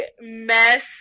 mess